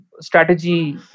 strategy